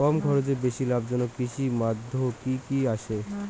কম খরচে বেশি লাভজনক কৃষির মইধ্যে কি কি আসে?